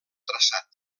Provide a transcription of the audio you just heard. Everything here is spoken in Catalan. traçat